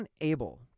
unable